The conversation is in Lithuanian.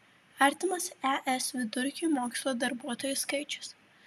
artimas es vidurkiui mokslo darbuotojų skaičius